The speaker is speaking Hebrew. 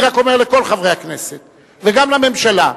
אני רק אומר לכל חברי הכנסת וגם לממשלה: